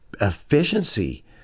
efficiency